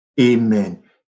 amen